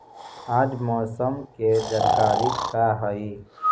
आज मौसम के जानकारी का हई?